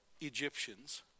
Egyptians